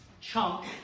chunk